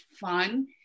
fun